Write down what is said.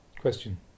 Question